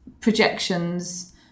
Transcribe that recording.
projections